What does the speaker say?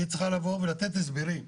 היא צריכה לבוא ולתת הסברים,